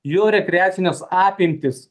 jų rekreacinės apimtys